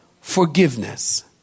Forgiveness